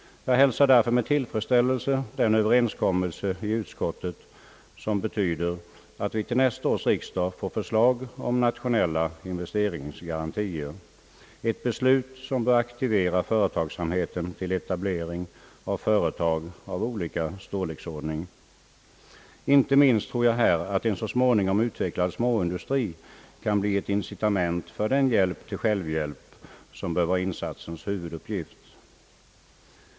Jag hälsar därför med tillfredsställelse den överenskommelse i utskottet som betyder att vi till nästa års riksdag får förslag om nationella investeringsgarantier, ett beslut som bör aktivera företagsamheten till etablering av företag av olika storlek. Inte minst tror jag att en så småningom utvecklad småindustri kan bli ett incitament för den hjälp till självhjälp som bör vara insatsens huvuduppgift.